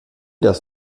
das